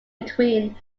between